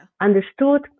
understood